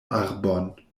arbon